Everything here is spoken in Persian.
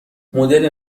مدل